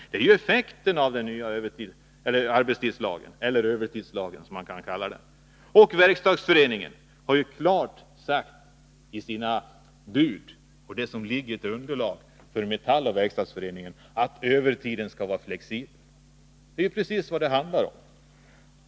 Det är ju effekten av den nya arbetstidslagen, eller övertidslagen som man kan kalla den. Och i det bud som Verkstadsföreningen och Metall har som underlag sägs ju att övertiden skall vara flexibel. Det är precis vad det handlar om.